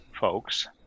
folks